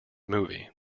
movie